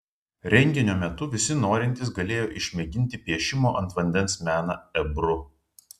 renginio metu visi norintys galėjo išmėginti piešimo ant vandens meną ebru